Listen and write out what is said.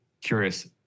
curious